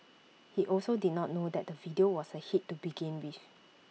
he also did not know that the video was A hit to begin with